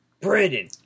Brandon